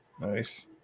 Nice